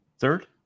Third